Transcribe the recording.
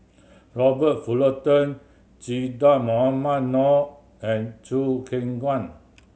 Robert Fullerton Che Dah Mohamed Noor and Choo Keng Kwang